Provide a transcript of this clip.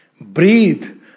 Breathe